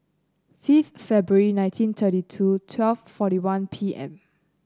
fifth February nineteen thirty two twelve forty one P M